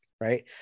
right